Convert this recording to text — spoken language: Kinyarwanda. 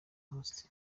horst